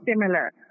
similar